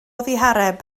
ddihareb